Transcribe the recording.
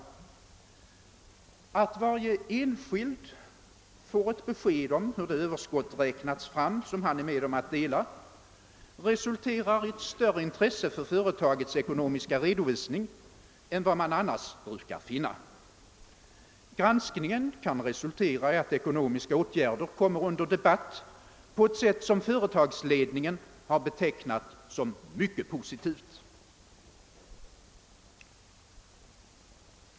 Att varje anställd får ett besked om hur det överskott räknats fram, som han är med om att dela, resulterar i ett större intresse för företagets ekonomiska redovisning än vad man annars brukar finna. Granskningen kan resultera i att ekonomiska åtgärder kommer under debatt på ett sätt, som företagsledningen har betecknat som mycket positivt.